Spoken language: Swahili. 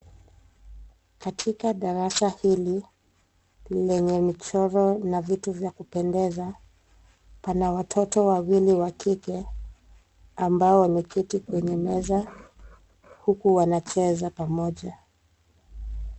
Katika darasa hili lenye michoro na vitu vya kupendeza, pana watoto wawili wa kike ambao wameketi kwenye meza huku wanacheza pamoja.